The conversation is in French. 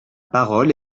parole